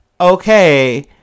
okay